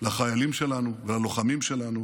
לחיילים שלנו וללוחמים שלנו